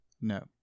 No